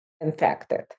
infected